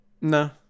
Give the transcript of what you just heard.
no